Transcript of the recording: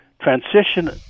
transition